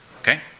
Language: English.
Okay